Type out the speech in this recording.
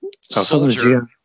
soldier